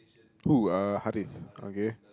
who uh Harith okay